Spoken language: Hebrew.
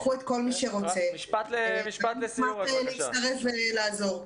קחו את כל מי שרוצה ונשמח להצטרף ולעזור.